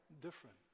different